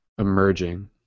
emerging